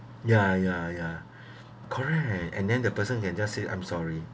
ya ya ya correct and then the person can just say I'm sorry